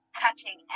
touching